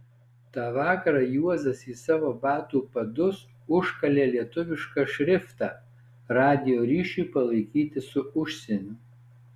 tą vakarą juozas į savo batų padus užkalė lietuvišką šriftą radijo ryšiui palaikyti su užsieniu